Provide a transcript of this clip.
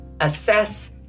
assess